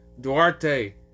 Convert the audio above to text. Duarte